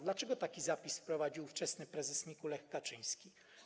Dlaczego taki zapis wprowadził ówczesny prezes NIK-u Lech Kaczyński?